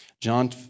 John